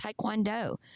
Taekwondo